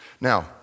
Now